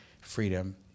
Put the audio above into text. freedom